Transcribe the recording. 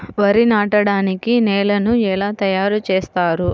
వరి నాటడానికి నేలను ఎలా తయారు చేస్తారు?